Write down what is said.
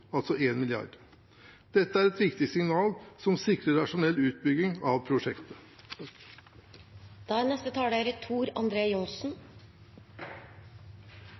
altså 1 mrd. kr. Dette er et viktig signal som sikrer rasjonell utbygging av prosjektet.